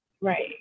Right